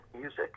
music